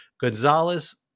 Gonzalez